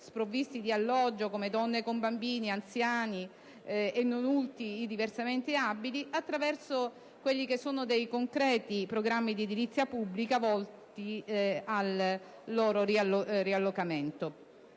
sprovvisti di alloggio, come donne con bambini, anziani e non ultimi i diversamente abili, attraverso quelli che sono dei concreti programmi di edilizia pubblica volti al loro riallocamento.